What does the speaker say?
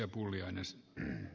arvoisa puhemies